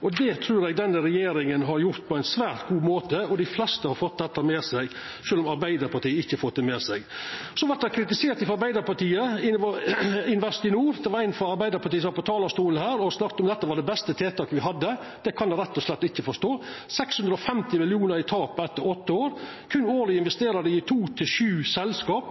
kommunane. Det trur eg denne regjeringa har gjort på ein svært god måte, og dei fleste har fått det med seg, sjølv om Arbeidarpartiet ikkje har fått det med seg. Så vert me kritiserte av Arbeidarpartiet for Investinor. Det var ein frå Arbeidarpartiet på talarstolen og snakka om at dette var det beste tiltaket me hadde. Det kan eg rett og slett ikkje forstå – 650 mill. kr i tap etter åtte år, årleg investerer dei i to–sju selskap.